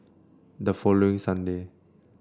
the following Sunday